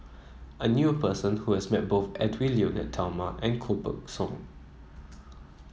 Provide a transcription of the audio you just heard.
I knew a person who has met both Edwy Lyonet Talma and Koh Buck Song